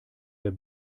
wer